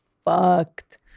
fucked